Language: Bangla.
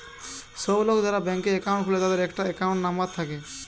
সব লোক যারা ব্যাংকে একাউন্ট খুলে তাদের একটা একাউন্ট নাম্বার থাকে